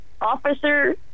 officer